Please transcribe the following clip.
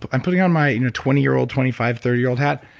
i'm putting on my you know twenty year old, twenty five, thirty year old hat,